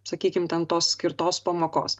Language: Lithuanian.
sakykim ten tos skirtos pamokos